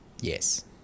Yes